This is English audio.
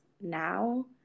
now